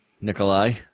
Nikolai